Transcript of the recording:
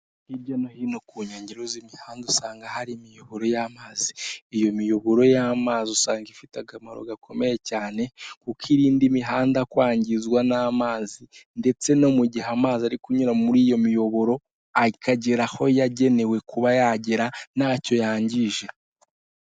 Hirya no hino ku nkengero z'imihanda usanga hari imiyoboro y'amazi. Iyo miyoboro y'amazi usanga ifite akamaro gakomeye cyane kuko irinda imihanda kwangizwa n'amazi ndetse no mu gihe amazi ari kunyura muri iyo miyoboro, akagera aho yagenewe kuba yagera ntacyo yangije.